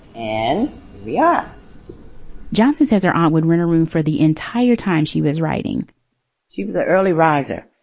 and we are johnson says her onward rent a room for the entire time she was writing she was an early riser.